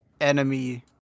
enemy